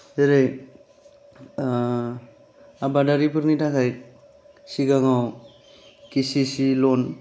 जेरै आबादारिफोरनि थाखाय सिगाङाव के सि सि लन